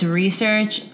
research